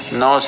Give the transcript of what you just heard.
no